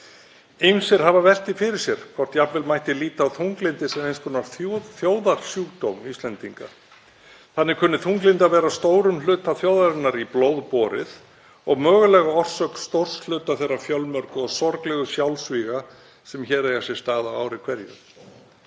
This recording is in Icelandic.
Ýmsir hafa velt því fyrir sér hvort jafnvel mætti líta á þunglyndi sem eins konar þjóðarsjúkdóm Íslendinga. Þannig kunni þunglyndi að vera stórum hluta þjóðarinnar í blóð borið og mögulega orsök stórs hluta þeirra fjölmörgu og sorglegu sjálfsvíga sem hér eiga sér stað á ári hverju.